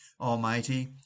almighty